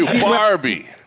Barbie